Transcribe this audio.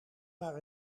maar